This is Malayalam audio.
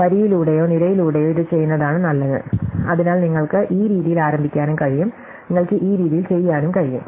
വരിയിലൂടെയോ നിരയിലൂടെയോ ഇത് ചെയ്യുന്നതാണ് നല്ലത് അതിനാൽ നിങ്ങൾക്ക് ഈ രീതിയിൽ ആരംഭിക്കാനും കഴിയും നിങ്ങൾക്ക് ഈ രീതിയിൽ ചെയ്യാനും കഴിയും